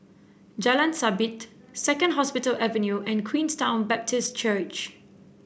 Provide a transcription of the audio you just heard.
Jalan Sabit Second Hospital Avenue and Queenstown Baptist Church